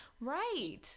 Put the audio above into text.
right